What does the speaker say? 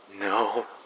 no